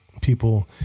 people